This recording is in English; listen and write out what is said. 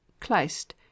kleist